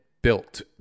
built